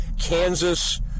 Kansas